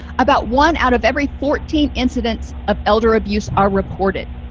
about one out of every fourteen incidents of elder abuse are reported